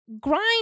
Grind